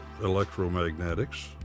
electromagnetics